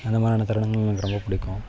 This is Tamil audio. அந்த மாதிரியான தருணங்கள் எனக்கு ரொம்பப் பிடிக்கும்